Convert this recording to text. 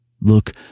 Look